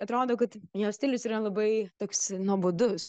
atrodo kad jo stilius yra labai toks nuobodus